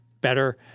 better